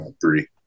Three